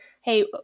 hey